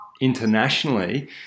internationally